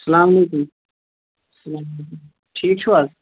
سلامُ علیکُم سلام علیکُم ٹھیٖک چھُو حظ